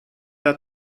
der